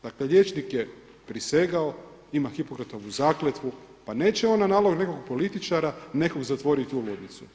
Dakle liječnik je prisegao ima Hipokratovu zakletvu, pa neće on na nalog nekog političara nekog zatvoriti u ludnicu.